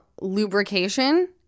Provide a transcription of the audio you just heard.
lubrication